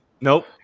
Nope